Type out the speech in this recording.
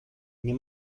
nie